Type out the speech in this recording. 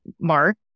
Mark